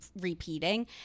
repeating